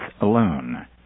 alone